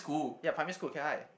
ya primary school Cat High